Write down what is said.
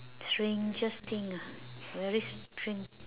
strangest thing ah very strange